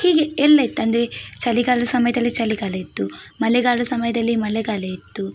ಹೀಗೆ ಎಲ್ಲ ಇತ್ತು ಅಂದರೆ ಚಳಿಗಾಲ ಸಮಯದಲ್ಲಿ ಚಳಿಗಾಲ ಇತ್ತು ಮಳೆಗಾಲ ಸಮಯದಲ್ಲಿ ಮಳೆಗಾಲ ಇತ್ತು